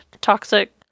toxic